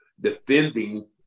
defending